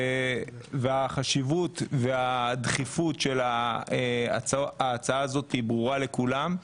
החשיבות והדחיפות של ההצעה הזו ברורה לכולם.